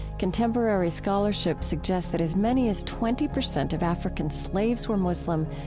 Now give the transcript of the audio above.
contemporary scholarship suggests that as many as twenty percent of african slaves were muslim,